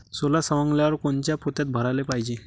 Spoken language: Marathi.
सोला सवंगल्यावर कोनच्या पोत्यात भराले पायजे?